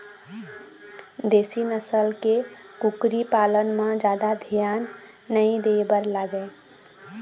देशी नसल के कुकरी पालन म जादा धियान नइ दे बर लागय